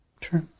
True